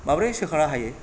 माब्रैहाय सोखानो हायो